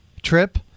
trip